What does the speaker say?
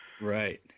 Right